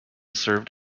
served